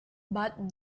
but